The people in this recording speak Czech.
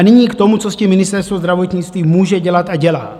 Nyní k tomu, co s tím Ministerstvo zdravotnictví může dělat a dělá.